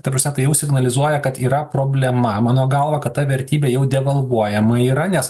ta prasme tai jau signalizuoja kad yra problema mano galva kad ta vertybė jau devalvuojama yra nes